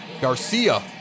Garcia